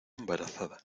embarazada